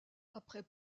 après